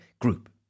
group